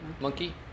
monkey